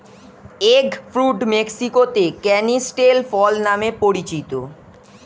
egg fruit মেক্সিকোতে canistel ফল নামে পরিচিত